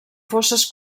fosses